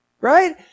right